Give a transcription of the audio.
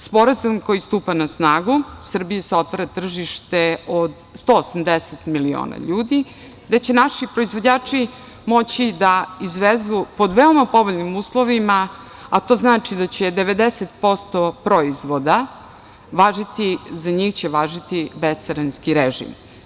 Sporazum koji stupa na snagu, Srbiji se otvara tržište od 180 miliona ljudi gde će naši proizvođači moći da izvezu pod veoma povoljnim uslovima, a to znači da će za 90% proizvoda važiti bescarinski režim.